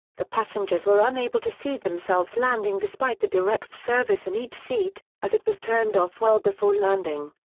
the passengers were unable to see themselves landing despite the directv service in each seat, as it was turned off well before landing.